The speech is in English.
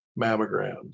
mammograms